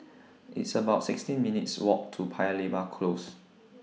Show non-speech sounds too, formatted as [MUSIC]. [NOISE] It's about sixteen minutes' Walk to Paya Lebar Close